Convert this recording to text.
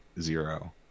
zero